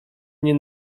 nie